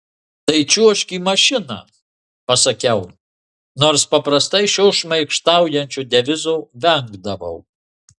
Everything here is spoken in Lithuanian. tai čiuožk į mašiną pasakiau nors paprastai šio šmaikštaujančio devizo vengdavau